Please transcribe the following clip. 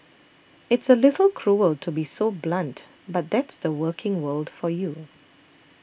it's a little cruel to be so blunt but that's the working world for you